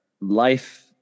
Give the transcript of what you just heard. life